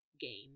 game